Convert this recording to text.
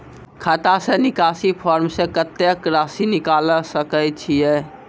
खाता से निकासी फॉर्म से कत्तेक रासि निकाल सकै छिये?